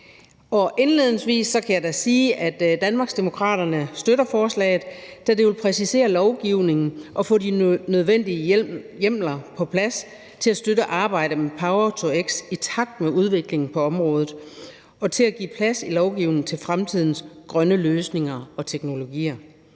Indledningsvis kan jeg da sige, at Danmarksdemokraterne støtter forslaget, da det vil præcisere lovgivningen og få de nødvendige hjemler på plads til at støtte arbejdet med power-to-x i takt med udviklingen på området og give plads i lovgivningen til fremtidens grønne løsninger og teknologier.